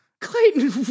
clayton